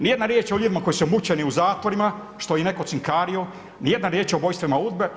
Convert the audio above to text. Ni jedna riječ o ljudima koji su mučeni u zatvorima što ih je netko cinkario, ni jedna riječ o ubojstvima UDBA-e.